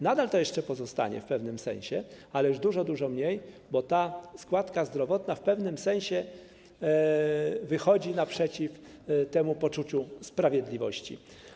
Nadal jeszcze to pozostanie w pewnym sensie, ale już w dużo mniejszym stopniu, bo ta składka zdrowotna w pewnym sensie wychodzi naprzeciw temu poczuciu sprawiedliwości.